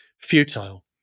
futile